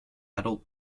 adult